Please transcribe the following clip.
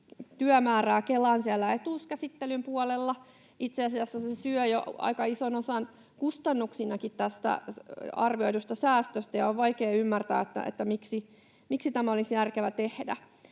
työmäärää Kelan etuuskäsittelyn puolella. Itse asiassa se syö jo aika ison osan kustannuksinakin tästä arvioidusta säästöstä, ja on vaikea ymmärtää, miksi tämä olisi järkevää tehdä.